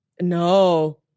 No